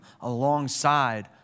alongside